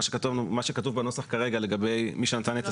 מה שכתוב כרגע בנוסח כהצעת הוועדה לגבי מי שנתן את